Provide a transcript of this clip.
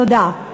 תודה.